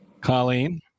colleen